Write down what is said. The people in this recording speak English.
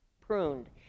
pruned